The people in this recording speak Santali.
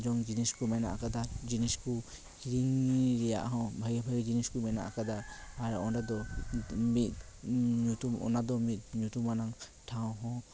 ᱧᱮᱞ ᱡᱚᱝ ᱡᱤᱱᱤᱥ ᱠᱚ ᱢᱮᱱᱟᱜ ᱟᱠᱟᱫᱟ ᱡᱤᱱᱤ ᱠᱚ ᱠᱤᱨᱤᱧ ᱨᱮᱭᱟᱜ ᱦᱚᱸ ᱵᱷᱟᱹᱜᱤ ᱵᱷᱟᱹᱜᱤ ᱡᱤᱱᱤᱥ ᱠᱚ ᱢᱮᱱᱟᱜ ᱟᱠᱟᱫᱟ ᱟᱨ ᱚᱸᱰᱮ ᱫᱚ ᱢᱤᱫ ᱧᱩᱛᱩᱢ ᱚᱱᱟ ᱫᱚ ᱢᱤᱫ ᱧᱩᱛᱩᱢᱟᱱᱟᱝ ᱴᱷᱟᱶ ᱦᱚᱸ